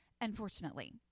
unfortunately